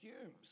assumes